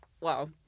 wow